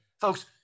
Folks